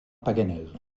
paganel